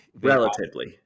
Relatively